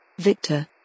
Victor